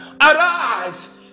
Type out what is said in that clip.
Arise